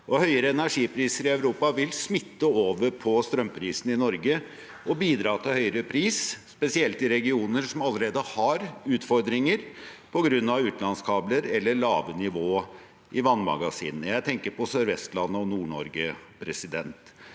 Høyere energipriser i Europa vil smitte over på strømprisene i Norge og bidra til høyere pris spesielt i regioner som allerede har utfordringer på grunn av utenlandskabler eller lave nivåer i vannmagasinene. Jeg tenker på Sør-Vestlandet og Nord-Norge.